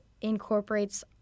incorporates